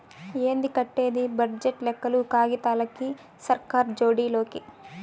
ఏంది కట్టేది బడ్జెట్ లెక్కలు కాగితాలకి, సర్కార్ జోడి లోకి